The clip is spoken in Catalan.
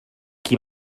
qui